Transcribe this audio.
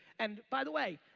and, by the way,